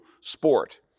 sport